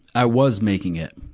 i was making it,